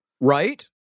Right